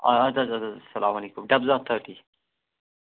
آ اَدٕ حظ اَدٕ حظ سلام علیکُم ڈیبزان تھٲرٹی